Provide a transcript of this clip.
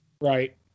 Right